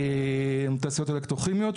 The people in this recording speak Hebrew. תעשיות אלקטרוכימיות,